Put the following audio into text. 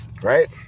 right